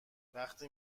وقتی